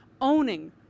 owning